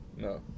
No